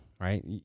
right